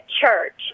church